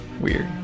weird